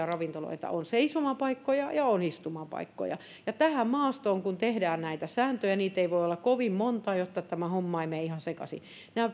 ravintoloita on seisomapaikkoja ja on istumapaikkoja ja tähän maastoon kun tehdään näitä sääntöjä niitä ei voi olla kovin monta jotta tämä homma ei menisi ihan sekaisin nämä